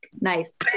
Nice